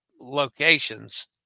locations